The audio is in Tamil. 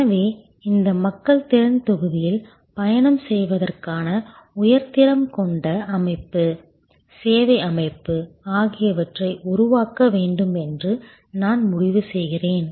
எனவே இந்த மக்கள் திறன் தொகுதியில் பயணம் செய்வதற்கான உயர் திறன் கொண்ட அமைப்பு சேவை அமைப்பு ஆகியவற்றை உருவாக்க வேண்டும் என்று நான் முடிவு செய்கிறேன்